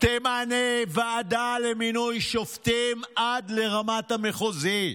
תמנה ועדה למינוי שופטים עד לרמת המחוזי.